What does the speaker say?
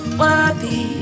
worthy